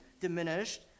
diminished